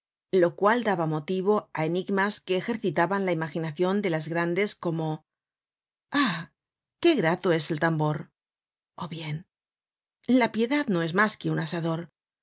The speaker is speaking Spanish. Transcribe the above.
lo cual daba motivo á enigmas que ejercitaban la imaginacion de las grandes como ali i né grato es el tambor ó bien la piedad no es mas que un asador